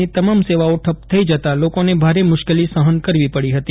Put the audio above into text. ની તમામ સેવાઓ ઠપ થઈ જતાં લોકોને ભારે મુશ્કેલી સફન કરવી પડી ફતી